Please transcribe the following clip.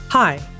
Hi